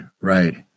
Right